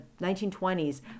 1920s